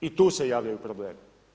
I tu se javljaju problemi.